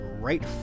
right